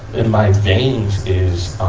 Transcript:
in my veins is,